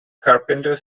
carpenter